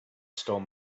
stole